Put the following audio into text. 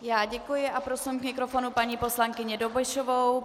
Já děkuji a prosím k mikrofonu paní poslankyni Dobešovou.